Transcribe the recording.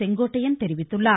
செங்கோட்டையன் தெரிவித்துள்ளார்